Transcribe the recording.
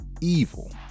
evil